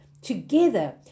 together